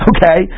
Okay